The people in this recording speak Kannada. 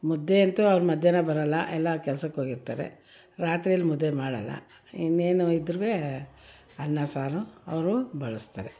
ಮುದ್ದೆ ಅಂತೂ ಅವ್ರ ಮಧ್ಯಾಹ್ನ ಬರೋಲ್ಲ ಎಲ್ಲ ಕೆಲ್ಸಕ್ಕೆ ಹೋಗಿರ್ತಾರೆ ರಾತ್ರಿಲಿ ಮುದ್ದೆ ಮಾಡೋಲ್ಲ ಇನ್ನೇನು ಇದ್ದರೂವೆ ಅನ್ನ ಸಾರು ಅವರು ಬಳಸ್ತಾರೆ